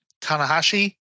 Tanahashi